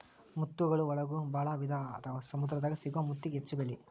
ಮುತ್ತುಗಳ ಒಳಗು ಭಾಳ ವಿಧಾ ಅದಾವ ಸಮುದ್ರ ದಾಗ ಸಿಗು ಮುತ್ತಿಗೆ ಹೆಚ್ಚ ಬೆಲಿ